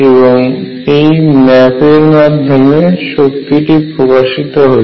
এবং এই ম্যাপ এর মাধ্যমে শক্তিটি প্রকাশিত হচ্ছে